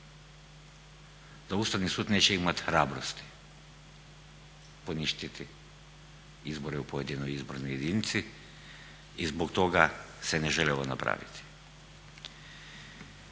da ustavni sud neće imati hrabrosti poništiti izbore u pojedinoj izbornoj jedinici i zbog toga si ne žele ovo napraviti.